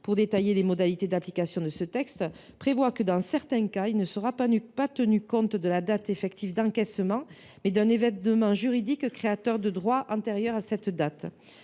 pour détailler les modalités d’application de ce texte, prévoit que, dans certains cas, il sera tenu compte non pas de la date effective d’encaissement, mais d’un événement juridique créateur de droits antérieur à cette date.